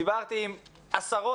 דיברתי עם עשרות,